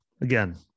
again